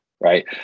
Right